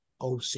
OC